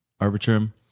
Arbitrum